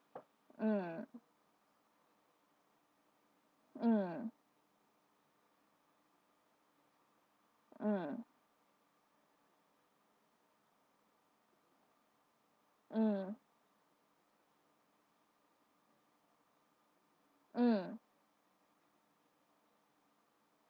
mm mm mm mm mm